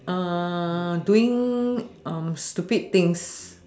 doing stupid things